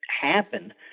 happen